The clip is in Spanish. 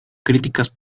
críticas